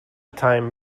time